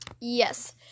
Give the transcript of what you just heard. Yes